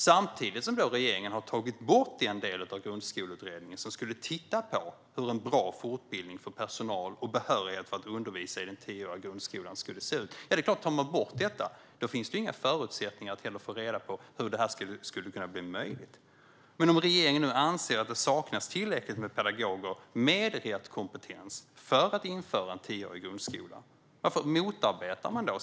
Samtidigt har regeringen tagit bort en del i Grundskoleutredningen som skulle titta på hur en bra fortbildning av personal och behörighet för att undervisa i en tioårig grundskola skulle se ut. Om man tar bort detta finns det såklart inga förutsättningar för att få reda på hur detta kan bli möjligt. Varför motarbetas möjligheten till kompetensutveckling och till behörighetsgivning om regeringen nu anser att det saknas tillräckligt många pedagoger med rätt kompetens för att införa en tioårig grundskola?